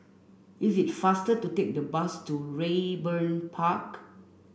it's faster to take the bus to Raeburn Park